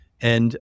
And-